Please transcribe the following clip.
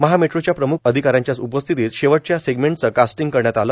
महा मेट्रोच्या प्रमुख अधिकाऱ्यांच्या उपस्थितीत शेवटच्या सेगमटचं कास्टिंग करण्यात आलं